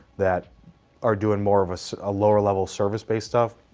that are doing more of a so ah lower level service based stuff,